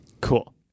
Cool